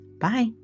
Bye